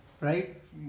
right